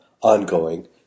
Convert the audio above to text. ongoing